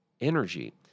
energy